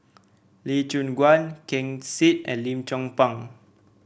Lee Choon Guan Ken Seet and Lim Chong Pang